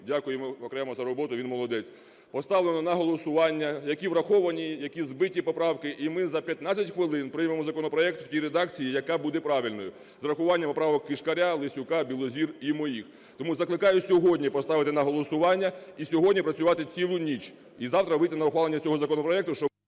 йому окремо за роботу, він молодець) поставлено на голосування, які враховані, які збиті поправки, і ми за 15 хвилин приймемо законопроект в тій редакції, яка буде правильною, з урахуванням поправок Кишкаря, Лесюка, Білозір і моїх. Тому закликаю сьогодні поставити на голосування і сьогодні працювати цілу ніч, і завтра вийти на ухвалення цього законопроекту…